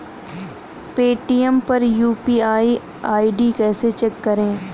Paytm पर UPI ID कैसे check करें?